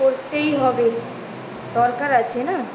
করতেই হবে দরকার আছে না